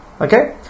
Okay